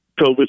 COVID